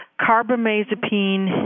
carbamazepine